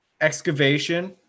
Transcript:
excavation